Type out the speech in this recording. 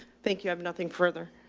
thank you. i have nothing further.